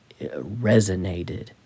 resonated